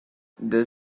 the